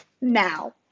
Now